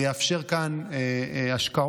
זה יאפשר כאן השקעות,